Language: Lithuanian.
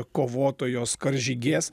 kovotojos karžygės